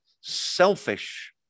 selfish